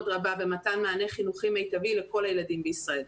רבה במתן מענה חינוכי מיטבי לכל הילדים בישראל.